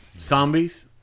Zombies